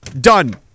Done